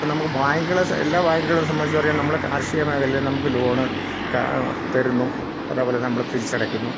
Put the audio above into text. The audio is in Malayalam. ഇപ്പം നമുക്ക് ബാങ്കുകൾ എല്ലാ ബാങ്കുകളെ സംബന്ധിച്ചു പറയാൻ നമ്മൾ കാർഷിക മേഖലെ നമുക്ക് ലോണ് തരുന്നു അതേപോലെ നമ്മൾ തിരിച്ചടയ്ക്കുന്നു